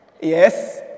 Yes